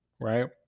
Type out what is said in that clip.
right